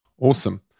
Awesome